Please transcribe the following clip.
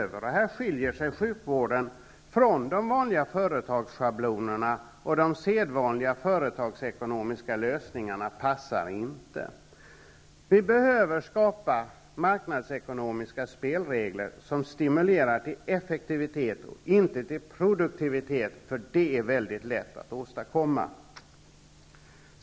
I det sammanhanget skiljer sig sjukvården från de vanliga företagsschablonerna, och de sedvanliga företagsekonomiska lösningarna passar inte. Vi behöver skapa marknadsekonomiska spelregler som stimulerar till effektivitet och inte till produktivitet, för det är väldigt lätt att åstadkomma.